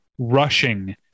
rushing